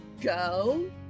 go